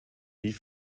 wie